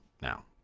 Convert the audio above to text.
Now